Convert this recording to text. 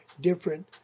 different